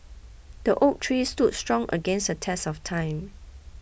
the oak tree stood strong against the test of time